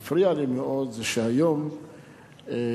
שהפריעו לי מאוד זה שהיום המטולוגיה